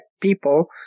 people